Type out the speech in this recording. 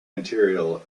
material